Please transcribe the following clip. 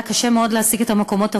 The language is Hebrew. היה קשה מאוד להשיג את מקומות העבודה,